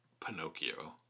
Pinocchio